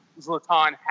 Zlatan